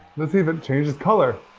let's see if it changes color.